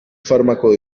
fármaco